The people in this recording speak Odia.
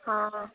ହଁ ହଁ